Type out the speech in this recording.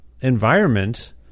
environment